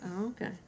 Okay